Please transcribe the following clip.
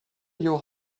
your